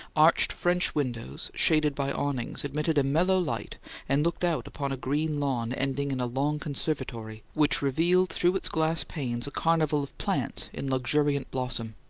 arched french windows, shaded by awnings, admitted a mellow light and looked out upon a green lawn ending in a long conservatory, which revealed through its glass panes a carnival of plants in luxuriant blossom.